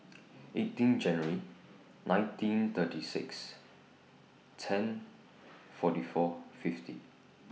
eighteen January nineteen thirty six ten forty four fifty